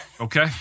okay